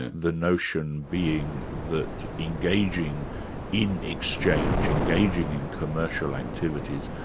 the notion being that engaging in exchange, engaging in commercial activities,